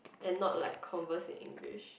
and not like converse in English